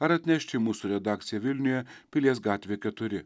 ar atnešti į mūsų redakciją vilniuje pilies gatvė keturi